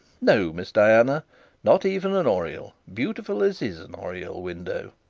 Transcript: no, miss diana not even an oriel, beautiful as is an oriel window.